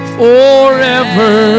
forever